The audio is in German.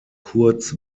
kurz